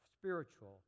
spiritual